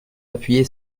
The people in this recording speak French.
appuyé